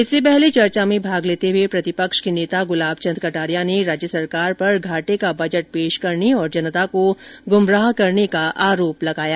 इससे पहले चर्चा में भाग लेते हुए प्रतिपक्ष के नेता गुलाब चंद कटारिया ने राज्य सरकार पर घाटे का बजट पेश करने और जनता को गुमराह करने का आरोप लगाया